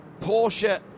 Porsche